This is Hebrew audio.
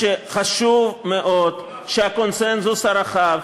אפשר, אני חושב שחשוב מאוד שהקונסנזוס הרחב